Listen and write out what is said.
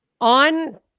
on